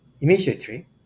immediately